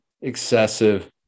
excessive